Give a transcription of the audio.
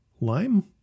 lime